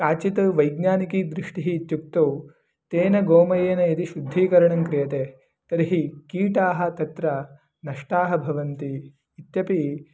काचित् वैज्ञानिकीदृष्टिः इत्युक्तौ तेन गोमयेन यदि शुद्धीकरणं क्रियते तर्हि कीटाः तत्र नष्टाः भवन्ति इत्यपि